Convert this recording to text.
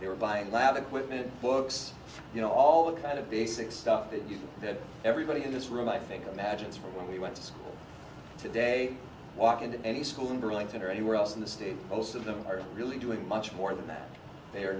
they were buying lab equipment books you know all the kind of basic stuff that you had everybody in this room i think matches from when we went to school today walk into any school in burlington or anywhere else in the state most of them are really doing much more than that they